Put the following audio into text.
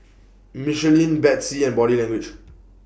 Michelin Betsy and Body Language